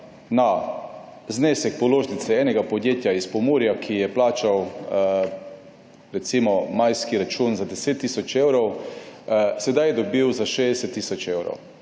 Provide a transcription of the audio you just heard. na znesek položnice enega podjetja iz Pomurja, ki je plačalo majski račun za 10 tisoč evrov, sedaj je dobilo račun za 60 tisoč evrov.